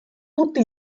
tutti